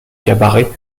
cabaret